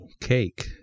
cake